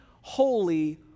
holy